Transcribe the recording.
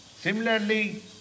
Similarly